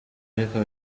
ariko